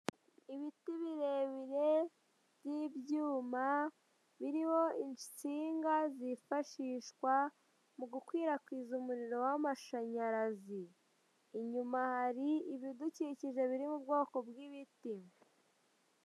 Ibiti birebire by'ibyuma biriho insinga ziifashishwa mu gukwirakwiza umuriro w'amashanyarazi, inyuma hari ibidukikije biri mu bwoko bw'ibiti.